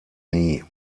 nie